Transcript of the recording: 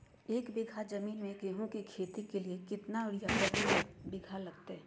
एक बिघा जमीन में गेहूं के खेती के लिए कितना यूरिया प्रति बीघा लगतय?